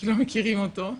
כי לא מכירים אותו.